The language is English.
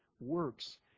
works